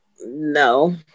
no